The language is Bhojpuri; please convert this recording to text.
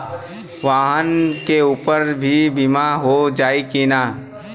वाहन के ऊपर भी बीमा हो जाई की ना?